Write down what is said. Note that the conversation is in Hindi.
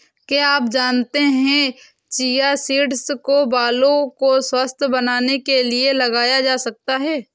क्या आप जानते है चिया सीड्स को बालों को स्वस्थ्य बनाने के लिए लगाया जा सकता है?